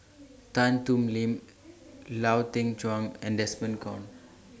Tan Thoon Lip Lau Teng Chuan and Desmond Kon